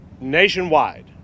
nationwide